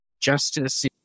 justice